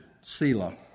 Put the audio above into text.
Selah